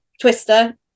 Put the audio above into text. twister